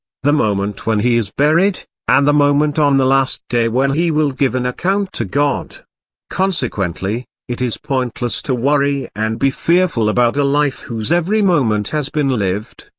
the moment when he is buried, and the moment on the last day when he will give an account to god consequently, it is pointless to worry and be fearful about a life whose every moment has been lived,